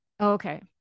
Okay